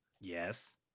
yes